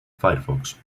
firefox